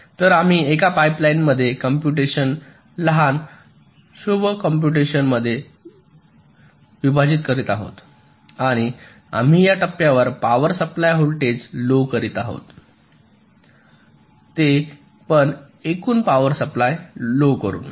तर आम्ही एका पाइपलाइनमध्ये कॉम्पुटेशन लहान शुभ कॉम्पुटेशन मध्ये विभाजित करीत आहोत आणि आम्ही या टप्प्यांचा पॉवर सप्लाय व्होल्टेज लो करीत आहोत ते पण एकूण पॉवर सप्लाय लो करून